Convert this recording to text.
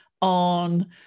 on